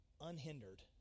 unhindered